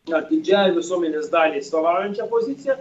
na didžiajai visuomenės daliai atstovaujančią poziciją